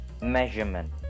measurement